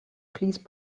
please